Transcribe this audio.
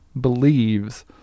believes